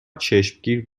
چشمگیر